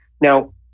Now